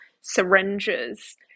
syringes